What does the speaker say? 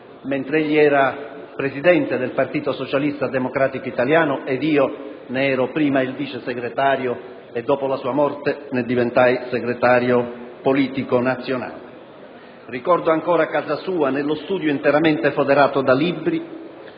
mentre egli era Presidente del Partito socialista democratico italiano; partito di cui sono stato prima il vice segretario e, dopo la sua morte, ne diventai il segretario politico nazionale. Ricordo ancora la sua casa: nello studio interamente foderato di libri